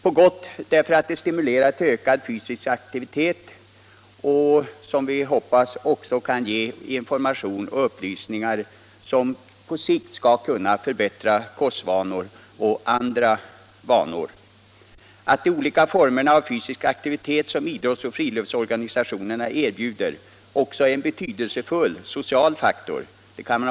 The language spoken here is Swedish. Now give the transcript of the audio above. På gott, därför att den stimulerar till ökad fysisk aktivitet och, som vi hoppas, ger information och upplysningar som på sikt skall kunna förbättra kostvanor och andra vanor. Det kan konstateras att de olika former av fysisk aktivitet som idrottsoch friluftsrörelsen erbjuder också är en betydelsefull social faktor.